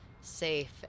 safe